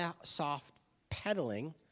soft-peddling